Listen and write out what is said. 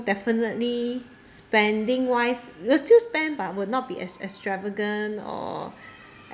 definitely spending wise will still spend but would not be as extravagant or